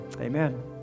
Amen